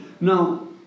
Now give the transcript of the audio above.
Now